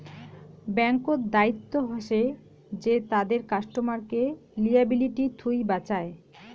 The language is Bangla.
ব্যাঙ্ক্ত দায়িত্ব হসে যে তাদের কাস্টমারকে লিয়াবিলিটি থুই বাঁচায়